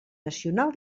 nacional